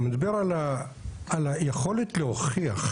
אני מדבר על היכולת להוכיח.